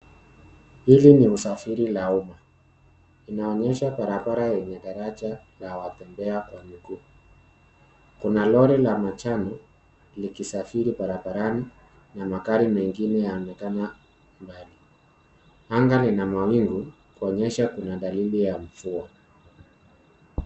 Hili ni usafiri la umma, inaonyesha barabara yenye daraja la watembea kwa miguu. Kuna lori la manjano likisafiri barabarani na magari mengine yanaonekana mbali. Anga lina mawingu, kuonyesha kuna dalili ya mvua.